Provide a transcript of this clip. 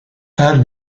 her